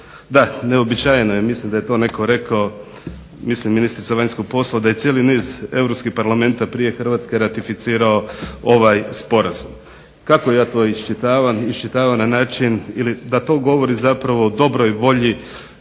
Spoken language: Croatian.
DA neuobičajeno je mislim da je to netko rekao, mislim ministrica vanjskih poslova da je cijeli niz Europskih parlamenta prije Hrvatske ratificirao ovaj Sporazum. Kako ja to iščitavam? Na način da to govori zapravo o dobroj volji